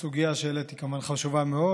הסוגיה שהעלית היא כמובן חשובה מאוד.